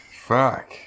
Fuck